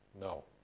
No